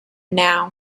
now